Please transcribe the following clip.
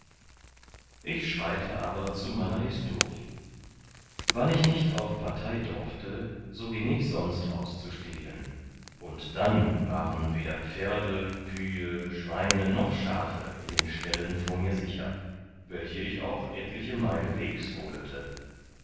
ich schreite aber zu meiner histori wann ich nicht auf partei dorfte so gieng ich sonst aus zu stehlen und dann waren weder pferde kühe schweine noch schafe in den ställen vor mir sicher welche ich auch etliche meil